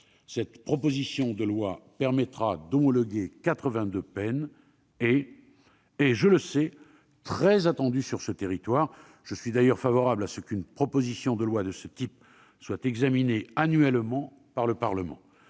Cette proposition de loi, qui permettra d'homologuer 82 peines, est, je le sais, très attendue sur ce territoire. Je suis d'ailleurs favorable au fait qu'une proposition de loi de ce type soit examinée annuellement par le Parlement.